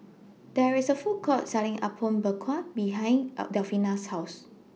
There IS A Food Court Selling Apom Berkuah behind Delfina's House